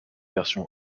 version